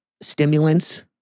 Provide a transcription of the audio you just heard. stimulants